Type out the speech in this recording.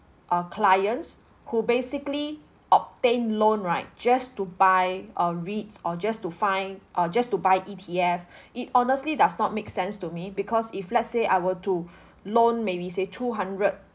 uh clients who basically obtain loan right just to buy uh REITs or just to find uh just to buy E_T_F it honestly does not make sense to me because if let's say I were to loan maybe say two hundred